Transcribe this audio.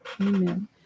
Amen